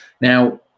Now